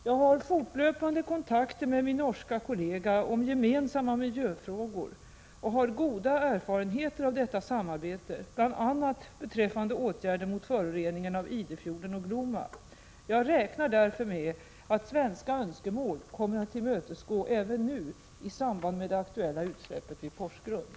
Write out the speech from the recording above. Jag har fortlöpande kontakter med min norska kollega om gemensamma miljöfrågor och har goda erfarenheter av detta samarbete bl.a. beträffande åtgärder mot föroreningen av Idefjorden och Glomma. Jag räknar därför med att svenska önskemål kommer att tillmötesgås även nu i samband med det aktuella utsläppet vid Porsgrunn.